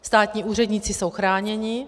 Státní úředníci jsou chráněni.